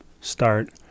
start